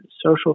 social